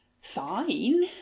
fine